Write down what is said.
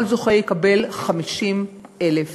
כל זוכה יקבל 50,000 שקלים.